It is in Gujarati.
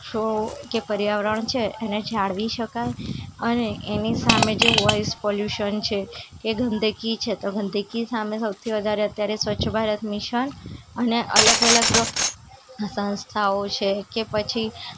વૃક્ષો કે પર્યાવરણ છે એને જાળવી શકાય અને એની સામે જે વૉઇસ પૉલ્યુશન છે કે ગંદકી છે તો ગંદકી સામે સૌથી વધારે અત્યારે સ્વચ્છ ભારત મિશન અને અલગ અલગ સંસ્થાઓ છે કે પછી